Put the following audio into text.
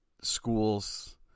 schools